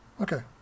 Okay